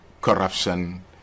corruption